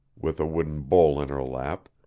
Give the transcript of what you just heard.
with a wooden bowl in her lap,